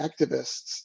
activists